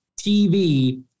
TV